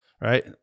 right